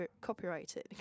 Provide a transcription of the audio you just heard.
copyrighted